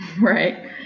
Right